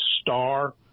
star